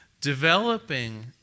developing